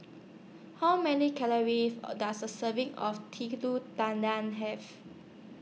How Many Calories Does A Serving of Telur Tan Tan Have